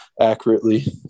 accurately